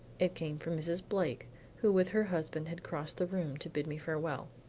it came from mrs. blake who with her husband had crossed the room to bid me farewell.